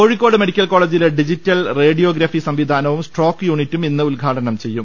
Kozhikode medical കോളജിലെ digital radiography സംവിധാനവും stroke യൂണിറ്റും ഇന്ന് ഉദ്ഘാടനം ചെയ്യും